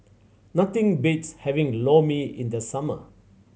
nothing beats having Lor Mee in the summer